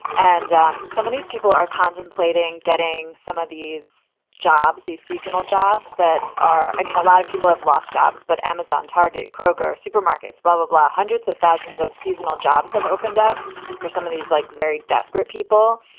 and um some of these people are contemplating getting some of these jobs, these seasonal jobs that are i mean, a lot of people have lost jobs. but amazon, target, kroger, supermarkets, blah, blah, hundreds of thousands of seasonal jobs have opened up for some of these like very desperate people.